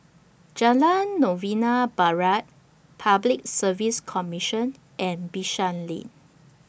Jalan Novena Barat Public Service Commission and Bishan Lane